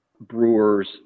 brewers